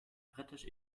britisch